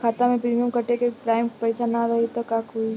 खाता मे प्रीमियम कटे के टाइम पैसा ना रही त का होई?